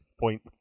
point